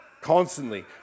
constantly